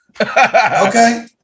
Okay